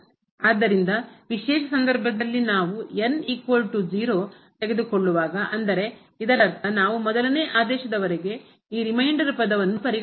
ಆದ್ದರಿಂದ ವಿಶೇಷ ಸಂದರ್ಭದಲ್ಲಿ ನಾವು ತೆಗೆದುಕೊಳ್ಳುವಾಗ ಅಂದರೆ ಇದರರ್ಥ ನಾವು ಮೊದಲನೇ ಆದೇಶದವರೆಗೆ ಈ ರಿಮೈಂಡರ್ ಪದವನ್ನು ಪರಿಗಣಿಸುತ್ತೇವೆ